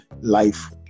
life